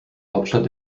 hauptstadt